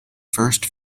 first